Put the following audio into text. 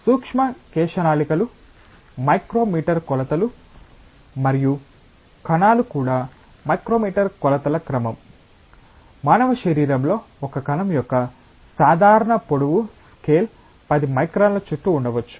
సూక్ష్మ కేశనాళికలు మైక్రోమీటర్ కొలతలు మరియు కణాలు కూడా మైక్రోమీటర్ కొలతల క్రమం మానవ శరీరంలో ఒక కణం యొక్క సాధారణ పొడవు స్కేల్ 10 మైక్రాన్ల చుట్టూ ఉండవచ్చు